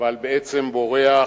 אבל בעצם בורח.